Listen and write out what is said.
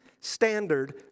standard